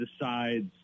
decides